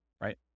right